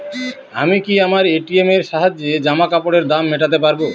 আমি কি আমার এ.টি.এম এর সাহায্যে জামাকাপরের দাম মেটাতে পারব?